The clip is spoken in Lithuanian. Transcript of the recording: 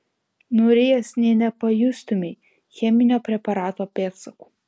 nurijęs nė nepajustumei cheminio preparato pėdsakų